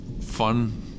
fun